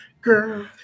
Girl